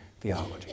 theology